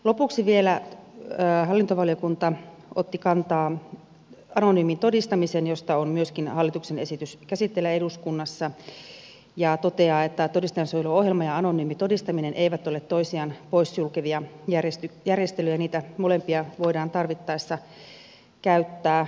lopuksi vielä hallintovaliokunta otti kantaa anonyymiin todistamiseen josta on myöskin hallituksen esitys käsitteillä eduskunnassa ja toteaa että todistajansuojeluohjelma ja anonyymi todistaminen eivät ole toisiaan pois sulkevia järjestelyjä niitä molempia voidaan tarvittaessa käyttää